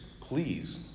please